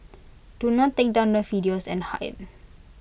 do not take down the videos and hide